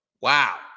wow